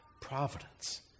providence